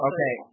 Okay